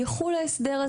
יחול ההסדר הזה.